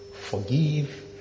forgive